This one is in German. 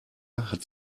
hat